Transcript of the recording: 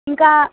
ఇంకా